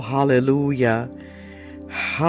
Hallelujah